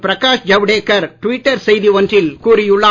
Prakash Javadekar Twitter செய்தி ஒன்றில் கூறியுள்ளார்